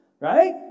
right